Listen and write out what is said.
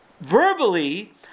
verbally